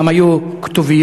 גם היו כתוביות,